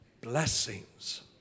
blessings